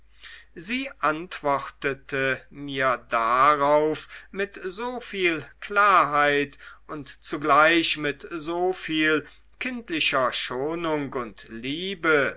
sie antwortete mir darauf mit so viel klarheit und zugleich mit so viel kindlicher schonung und liebe